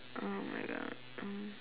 !oh-my-God! mm